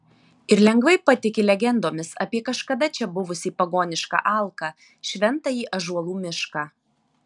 ir lengvai patiki legendomis apie kažkada čia buvusį pagonišką alką šventąjį ąžuolų mišką